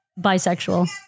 bisexual